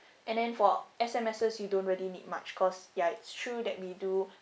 and then for S_M_S you don't really need much because ya it's true that we do